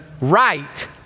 right